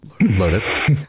Lotus